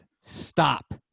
Stop